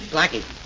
Blackie